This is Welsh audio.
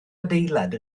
adeilad